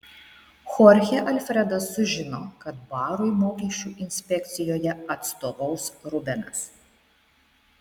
chorchė alfredas sužino kad barui mokesčių inspekcijoje atstovaus rubenas